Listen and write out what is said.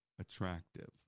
attractive